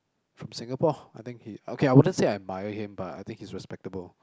from Singapore I think he okay I wouldn't say I admire him but I think he's respectable